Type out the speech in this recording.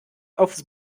aufs